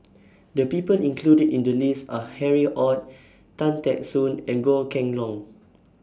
The People included in The list Are Harry ORD Tan Teck Soon and Goh Kheng Long